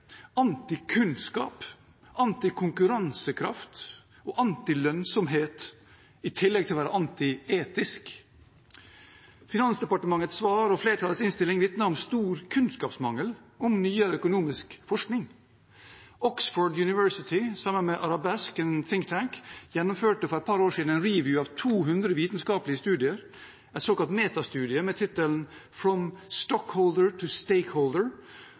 kunnskap, anti konkurransekraft og anti lønnsomhet, i tillegg til å være anti etisk. Finansdepartementets svar og flertallets innstilling vitner om stor kunnskapsmangel om nyere økonomisk forskning. Oxford University, sammen med Arabesque, en «think tank», gjennomførte for et par år siden en «review» av 200 vitenskapelige studier, en såkalt metastudie med tittelen From the Stockholder